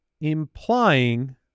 implying